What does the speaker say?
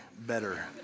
better